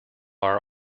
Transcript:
are